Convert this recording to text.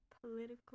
political